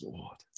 Lord